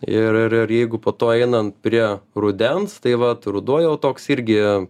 ir ir ir jeigu po to einant prie rudens tai vat ruduo jau toks irgi